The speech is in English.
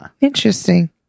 interesting